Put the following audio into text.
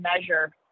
measure